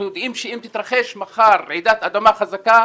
יודעים שאם תתרחש מחר רעידת אדמה חזקה,